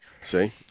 See